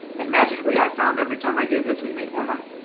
and magically i found every time i do this we make more money